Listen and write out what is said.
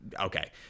Okay